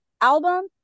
album